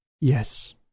Yes